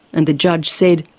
and the judge said,